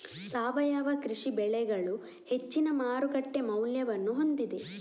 ಸಾವಯವ ಕೃಷಿ ಬೆಳೆಗಳು ಹೆಚ್ಚಿನ ಮಾರುಕಟ್ಟೆ ಮೌಲ್ಯವನ್ನು ಹೊಂದಿದೆ